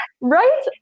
right